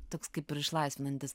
toks kaip ir išlaisvinantis